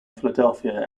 philadelphia